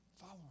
Follow